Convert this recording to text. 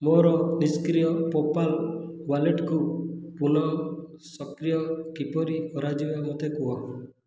ମୋର ନିଷ୍କ୍ରିୟ PayPal ୱାଲେଟ୍କୁ ପୁନଃସକ୍ରିୟ କିପରି କରାଯିବ ମୋତେ କୁହ